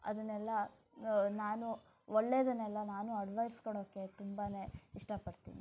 ಅದನ್ನೆಲ್ಲ ನಾನು ಒಳ್ಳೆಯದನ್ನೆಲ್ಲ ನಾನು ಅಡ್ವಯ್ಸ್ ಕೊಡೋಕ್ಕೆ ತುಂಬ ಇಷ್ಟಪಡ್ತೀನಿ